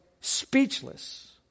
speechless